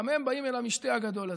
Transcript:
גם הם באים אל המשתה הגדול הזה.